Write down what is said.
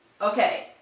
okay